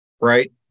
right